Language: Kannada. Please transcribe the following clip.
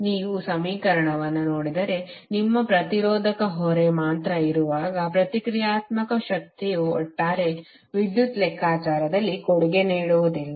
ನೀವು ಸಮೀಕರಣವನ್ನು ನೋಡಿದರೆ ನಿಮ್ಮ ಪ್ರತಿರೋಧಕ ಹೊರೆ ಮಾತ್ರ ಇರುವಾಗ ಪ್ರತಿಕ್ರಿಯಾತ್ಮಕ ಶಕ್ತಿಯು ಒಟ್ಟಾರೆ ವಿದ್ಯುತ್ ಲೆಕ್ಕಾಚಾರದಲ್ಲಿ ಕೊಡುಗೆ ನೀಡುವುದಿಲ್ಲ